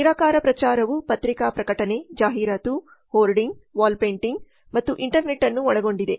ನಿರಾಕಾರ ಪ್ರಚಾರವು ಪತ್ರಿಕಾ ಪ್ರಕಟಣೆ ಜಾಹೀರಾತು ಹೋರ್ಡಿಂಗ್ ವಾಲ್ ಪೇಂಟಿಂಗ್ ಮತ್ತು ಇಂಟರ್ನೆಟ್ ಅನ್ನು ಒಳಗೊಂಡಿದೆ